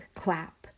clap